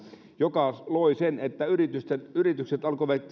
joka loi sen että yritykset alkoivat